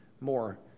more